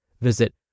Visit